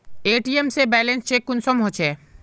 ATM से balance check कुंसम होचे?